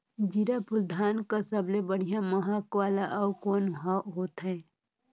जीराफुल धान कस सबले बढ़िया महक वाला अउ कोन होथै?